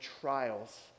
trials